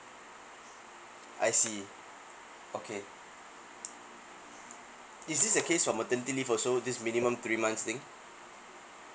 I see okay is this the case where maternity leave also this minimum three months thing